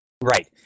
right